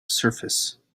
surface